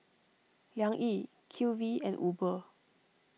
Liang Yi Q V and Uber